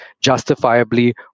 justifiably